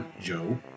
Joe